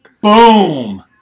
boom